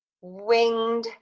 winged